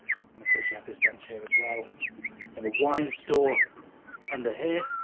and of course you have this bench here as well and a wine store under here,